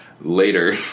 Later